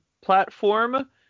platform